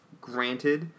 granted